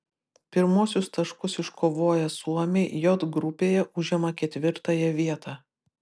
pirmuosius taškus iškovoję suomiai j grupėje užima ketvirtąją vietą